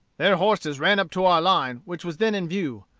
their horses ran up to our line, which was then in view.